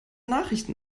nachrichten